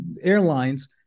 airlines